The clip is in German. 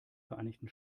vereinigten